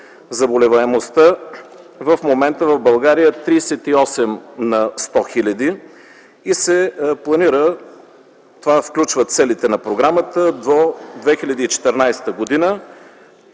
заболеваемостта в момента в България е 38 на 100 хиляди и се планира – това включва целите на програмата – до 2014 г.